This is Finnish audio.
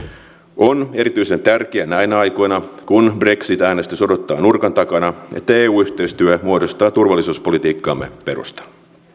on erityisen tärkeää näinä aikoina kun brexit äänestys odottaa nurkan takana että eu yhteistyö muodostaa turvallisuuspolitiikkamme perustan